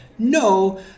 No